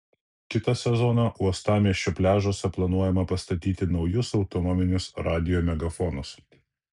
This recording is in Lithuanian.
kitą sezoną uostamiesčio pliažuose planuojama pastatyti naujus autonominius radijo megafonus